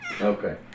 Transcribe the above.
Okay